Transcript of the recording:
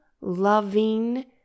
loving